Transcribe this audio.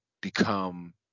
become